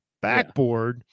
backboard